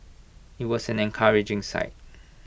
IT was an encouraging sight